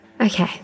Okay